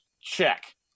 Check